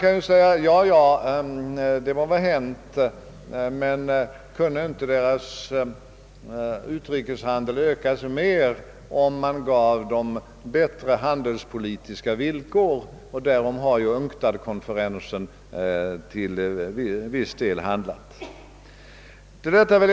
frågar sig många om inte uländernas utrikeshandel kunde ökas mer om de fick bättre handelspolitiska villkor. Om detta har UNCTAD-konferensen till viss del handlat.